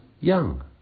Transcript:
young